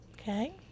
okay